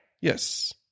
Yes